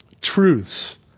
truths